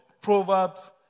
Proverbs